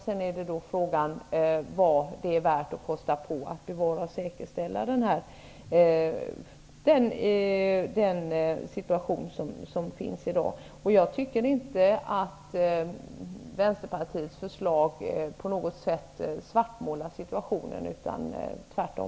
Sedan är det fråga om vad det är värt att satsa för att säkerställa dagens situation. Jag tycker inte att vi i Vänsterpartiets förslag på något sätt svartmålar situationen, utan tvärtom.